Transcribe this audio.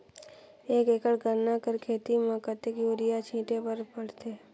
एक एकड़ गन्ना कर खेती म कतेक युरिया छिंटे बर पड़थे?